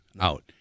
out